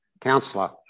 Counselor